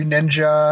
Ninja